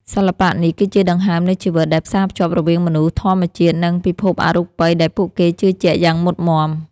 សិល្បៈនេះគឺជាដង្ហើមនៃជីវិត ដែលផ្សារភ្ជាប់រវាងមនុស្ស ធម្មជាតិ និងពិភពអរូបិយដែលពួកគេជឿជាក់យ៉ាងមុតមាំ។